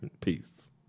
Peace